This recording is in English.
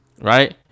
right